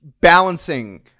balancing